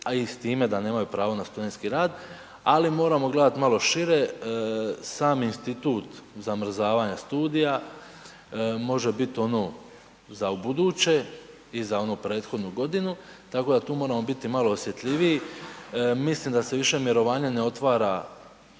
ali i s time da nemaju pravo na studentski rad ali moramo gledati malo šire, sami institut zamrzavanja studija može biti ono za ubuduće i za onu prethodnu godinu, tako da tu moramo biti malo osjetljiviji. Mislim da se više mirovanje ne otvara